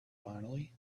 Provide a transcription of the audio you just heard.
finally